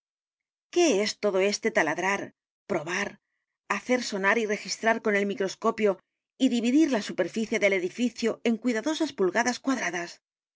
qué es todo este taladrar probar hacer sonar y registrar con el microscopio y dividir la superficie del edificio en cuidadosas pulgadas cuadradas